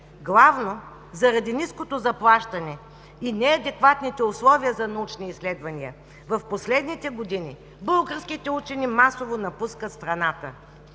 Главно заради ниското заплащане и неадекватните условия за научни изследвания в последните години българските учени масово напускат страната.